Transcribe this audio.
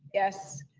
yes.